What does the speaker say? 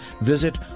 visit